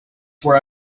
where